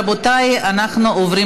רבותי, אנחנו עוברים